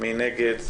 מי נגד?